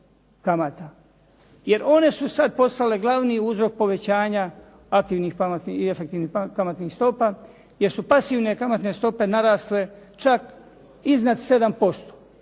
jer one su sad postale glavni uzrok povećanja aktivnih i efektivnih kamatnih stopa, jer su pasivne kamatne narasle čak iznad 7%,